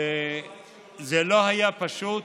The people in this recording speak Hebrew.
וזה לא היה פשוט,